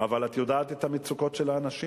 אבל את יודעת את המצוקות של האנשים.